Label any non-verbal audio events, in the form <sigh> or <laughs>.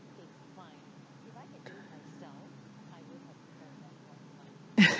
<laughs>